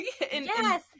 Yes